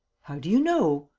how do you know?